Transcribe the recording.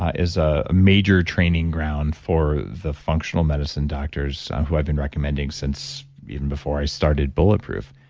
ah is ah a major training ground for the functional medicine doctors who i've been recommending since even before i started bulletproof.